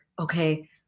okay